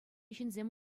ҫынсем